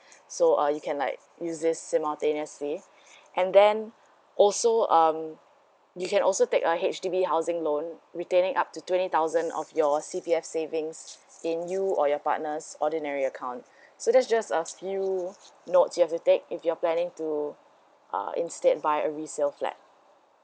so uh you can like use this simultaneously and then also um you can also take a H_D_B housing loan retaining up to twenty thousand of your C_P_F savings then you or your partner's ordinary account so that's just a few notes you have to take if you're planning to uh instead buy a resale flat